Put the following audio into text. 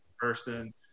person